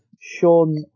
Sean